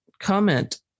comment